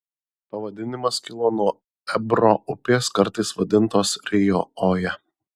pavadinimas kilo nuo ebro upės kartais vadintos rio oja